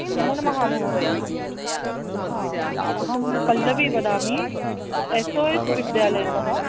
नमो नमः महोदय हा अहं पल्लवी वदामि एस् ओ एस् विद्यालयतः